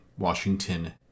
Washington